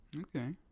okay